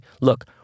look